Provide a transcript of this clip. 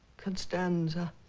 constanza